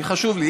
חשוב לי,